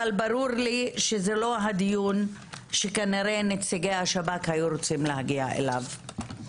אבל ברור לי שזה לא הדיון שכנראה נציגי השב"כ היו רוצים להגיע אליו.